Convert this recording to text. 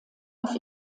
auf